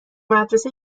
مدرسه